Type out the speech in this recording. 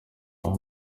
aba